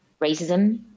racism